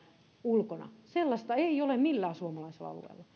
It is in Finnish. ulkona sellaista ei ole millään suomalaisella alueella